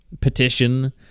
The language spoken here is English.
petition